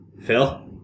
Phil